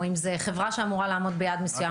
או אם זו חברה שאמורה לעמוד ביעד מסוים,